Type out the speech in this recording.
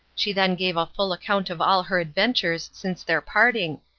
she then gave a full account of all her adventures since their parting,